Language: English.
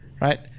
right